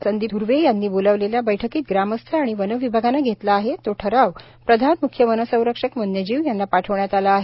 संदीप धर्वे यांनी बोलाविलेल्या बैठकीत ग्रामस्थ व वनविभागाने घेतला आहे तो ठराव प्रधान मुख्य वनसंरक्षक वन्यजीव यांना पाठविण्यात आला आहे